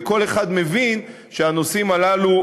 וכל אחד מבין שהנושאים הללו,